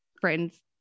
friends